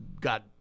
got